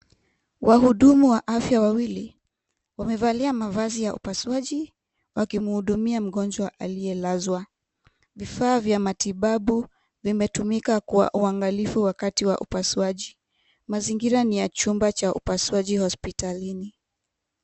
Wahudumu wa afya wawili wamevalia mavazi ya upasuaji wakimhudumia mgonjwa aliyelazwa. Vifaa vya matibabu vimetumika kwa uangalifu wakati wa upasuaji, mazingira ni ya chumba cha upasuaji hospitalini.